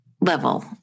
level